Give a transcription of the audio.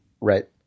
right